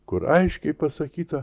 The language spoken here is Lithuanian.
kur aiškiai pasakyta